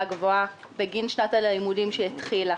גבוהה בגין שנת הלימודים שהתחילה.